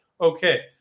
Okay